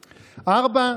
ראויה.